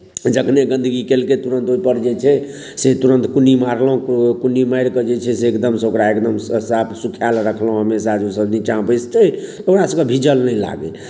जखने गन्दगी केलकै तुरन्त ओहिपर जे छै से तुरन्त कुन्नी मारलहुँ कुन्नी मारि कऽ जे छै से एकदम से ओकरा थैरमे साफ सुथरा रखलहुँ हमेशा ओसभ जे नीचाँमे बैसतै ओकरासभके भीजल नहि लागै